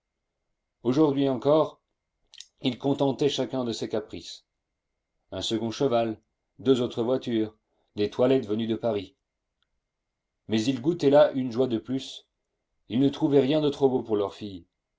aujourd'hui encore ils contentaient chacun de ses caprices un second cheval deux autres voitures des toilettes venues de paris mais ils goûtaient là une joie de plus ils ne trouvaient rien de trop beau pour leur fille